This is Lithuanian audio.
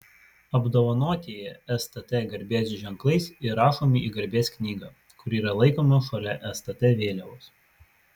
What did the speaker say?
apdovanotieji stt garbės ženklais įrašomi į garbės knygą kuri yra laikoma šalia stt vėliavos